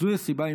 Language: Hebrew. זו הסיבה,